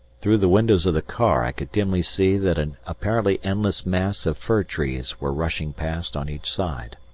through the windows of the car i could dimly see that an apparently endless mass of fir trees were rushing past on each side.